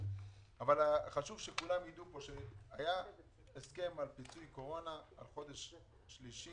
אבל חשוב שכולם יידעו פה שהיה הסכם על פיצוי קורונה על חודש שלישי,